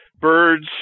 birds